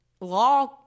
law